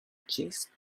gist